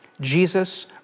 Jesus